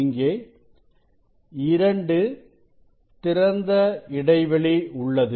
இங்கே 2 திறந்த இடைவெளி உள்ளது